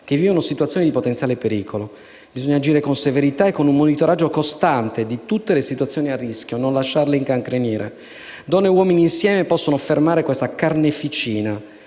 che vivono situazioni di potenziale pericolo. Bisogna agire con severità e con un monitoraggio costante di tutte le situazioni a rischio, per non lasciarle incancrenire. Donne e uomini insieme possono fermare questa carneficina.